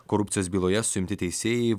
korupcijos byloje suimti teisėjai